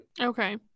Okay